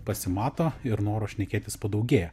pasimato ir noro šnekėtis padaugėja